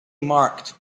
marked